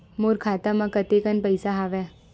मोर खाता म कतेकन पईसा हवय?